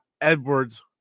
Edwards